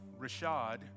Rashad